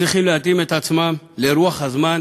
צריכות להתאים את עצמן לרוח הזמן,